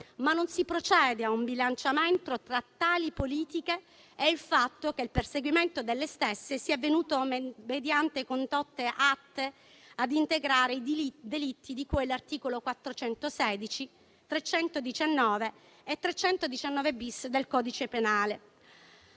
ma non si procede a un bilanciamento tra tali politiche e il fatto che il perseguimento delle stesse sia avvenuto mediante condotte atte a integrare i delitti di cui agli articoli 416, 319 e 319-*bis* del codice penale.